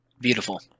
Beautiful